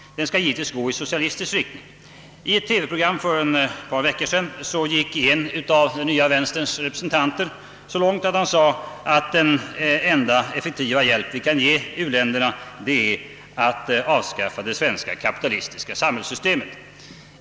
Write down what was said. Den skall givetvis gå i socialistisk riktning. I ett TV-program för ett par vec kor sedan gick en av den nya vänsterns representanter så långt, att han sade, att den enda effektiva hjälp vi kan ge u-länderna är att avskaffa det svenska kapitalistiska samhällssystemet.